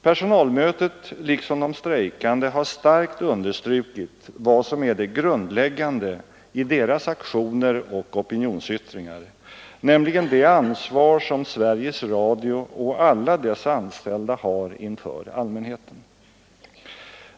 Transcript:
Personalmötet liksom de strejkande har starkt understrukit vad som är det grundläggande i deras aktioner och opinionsyttringar, nämligen det ansvar som Sveriges Radio och alla dess anställda har inför allmänheten.